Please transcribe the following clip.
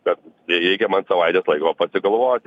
bet ir reikia man savaitės laiko pasigalvot